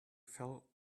fell